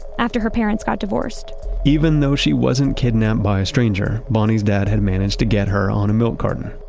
after her parents got divorced even though she wasn't kidnapped by a stranger, bonnie's dad had managed to get her on a milk carton.